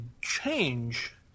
change